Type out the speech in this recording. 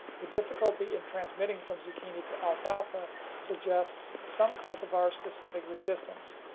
the difficulty in transmitting from zucchini to alfalfa suggests some cultivar specific resistance,